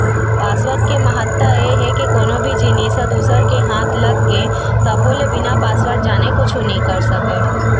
password के महत्ता ए हे के कोनो भी जिनिस ह दूसर के हाथ लग गे तभो ले बिना पासवर्ड जाने कुछु नइ कर सकय